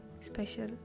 special